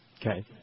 Okay